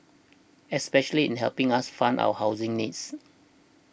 especially in helping us fund our housing needs